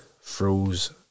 froze